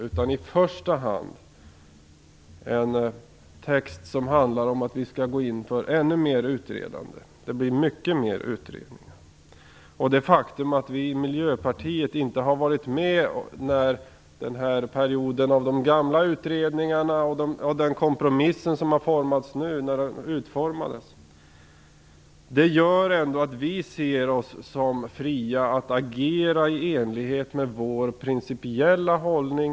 Dess text handlar i första hand om att vi skall gå in för ännu mer av utredande. Det blir många fler utredningar. Det faktum att vi i Miljöpartiet inte har varit med under de gamla utredningarnas tid och inte heller vid utformningen av den nu aktuella kompromissen gör att vi finner oss vara fria att i det fortsatta utredningsarbetet agera i enlighet med vår principiella hållning.